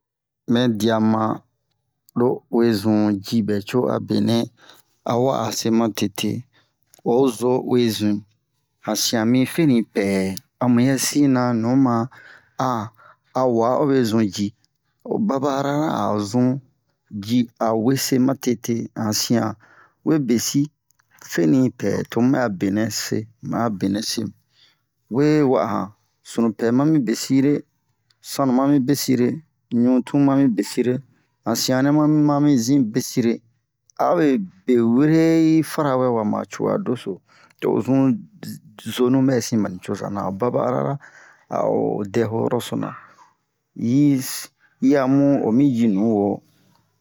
Mɛ diya mu ma lo uwe zun ji bɛ to a benɛ a wa'a se ma tete o zo uwe zin han siyan mi feni pɛ a muyɛsi na nu ma a a wa obe zun ji o baba arara a'o zun ji a wese ma tete a han sian we besi fenipɛ to mu bɛ'a benɛ se mu bɛ'a benɛ se we wa'a han sunupɛ ma mi besire sanu mami besire ɲutun mami besire han siyan nɛ ma mi mami zin besire a obe be wure yi fara wɛ wa ma cu'oya doso to o zun zonu bɛ sin ba nicoza na a'o baba arara a'o dɛ ho yoroso na yi yi'a mu o mi ji nuwo